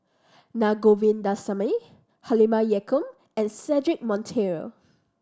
Na Govindasamy Halimah Yacob and Cedric Monteiro